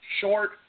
short